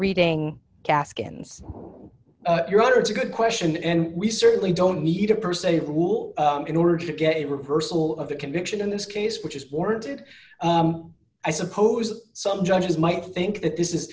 reading gaskins your honor it's a good question and we certainly don't need a per se rule in order to get a reversal of a conviction in this case which is warranted i suppose some judges might think that this is